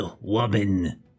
woman